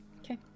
Okay